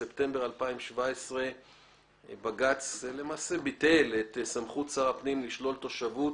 בספטמבר 2017 בג"ץ ביטל את סמכות שר הפנים לשלול תושבות